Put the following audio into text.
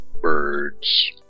birds